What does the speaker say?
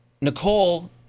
Nicole